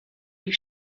die